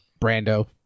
Brando